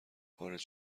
خارج